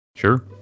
Sure